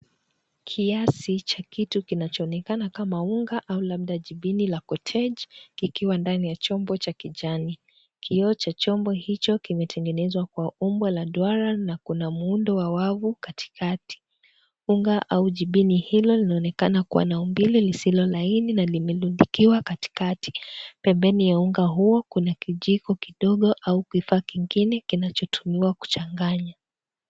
Kiasi cha kitu kinachoonekana kama unga au labda chipini la Kotech kikiwa ndani ya chombo cha kijani. Kioo cha chombo hicho kimetengenezwa kwa umbo la duara na kuna muundo wa wavu Kati kati. Unga au chipini hilo linaonekana kuwa na umbile lisilo laini na limelumbukiwa Kati kati. Pembeni mwa unga huo kuna kijiko kidogo au kifaa kingine kinachotumiwa kuchanganya.